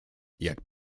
jak